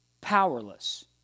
powerless